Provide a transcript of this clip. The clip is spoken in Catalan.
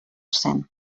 cent